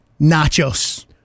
Nachos